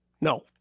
No